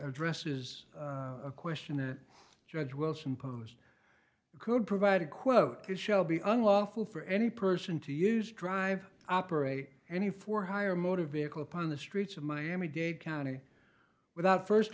addresses a question that judge wilson posed could provide a quote it shall be unlawful for any person to use drive operate any for hire motor vehicle upon the streets of miami dade county without first